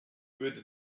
würde